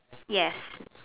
yes